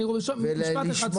משפט אחד.